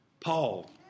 Paul